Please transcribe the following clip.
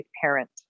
parent